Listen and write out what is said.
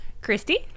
christy